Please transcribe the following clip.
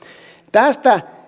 tästä